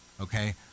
Okay